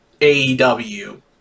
AEW